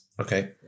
Okay